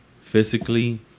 physically